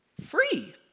free